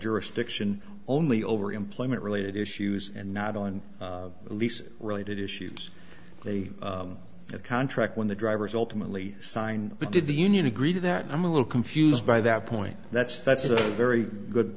jurisdiction only over employment related issues and not on the lease related issues of contract when the drivers ultimately sign but did the union agree to that i'm a little confused by that point that's that's a very good